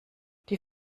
die